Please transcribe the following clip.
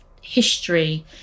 history